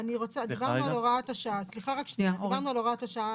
דיברנו על הוראת השעה,